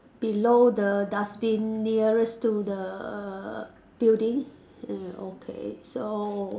below the dustbin nearest to the building mm okay so